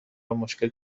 مشکل